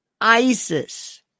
ISIS